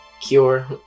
Cure